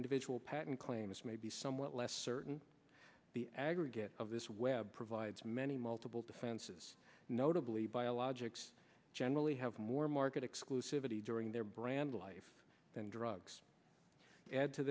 individual patent claims may be somewhat less certain the aggregate of this web provides many multiple defenses notably biologics generally have more market exclusivity during their brand life than drugs add to